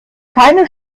keine